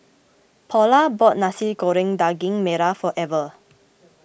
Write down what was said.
Paula bought Nasi Goreng Daging Merah for Ever